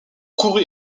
courut